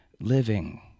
living